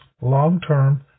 long-term